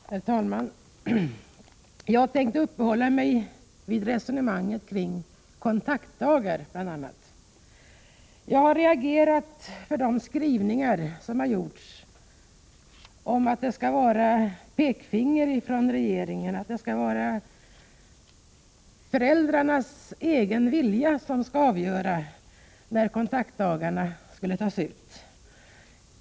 Herr talman! Jag tänkte uppehålla mig bl.a. vid resonemanget kring kontaktdagar. Jag har reagerat för de skrivningar som har gjorts om att regeringen kommer med pekpinnar och att föräldrarna själva skall få avgöra när kontaktdagarna tas ut.